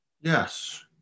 yes